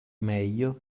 meglio